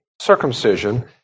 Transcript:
circumcision